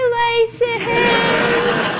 license